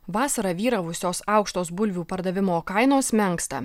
vasarą vyravusios aukštos bulvių pardavimo kainos menksta